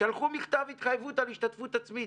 שלחו מכתב התחייבות על השתתפות עצמית.